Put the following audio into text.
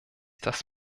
das